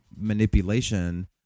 manipulation